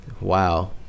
Wow